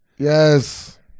Yes